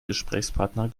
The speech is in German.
gesprächspartner